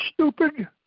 stupid